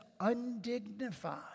undignified